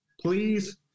please